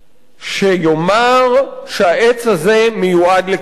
שיאמר שהעץ הזה מיועד לכריתה.